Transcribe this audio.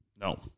No